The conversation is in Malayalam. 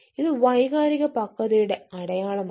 ഇത് വൈകാരിക പക്വതയുടെ അടയാളമാണ്